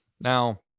Now